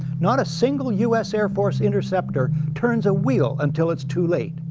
not a single us air force interceptor turns a wheel until it's too late.